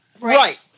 Right